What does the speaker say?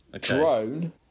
drone